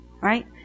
Right